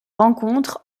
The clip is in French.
rencontre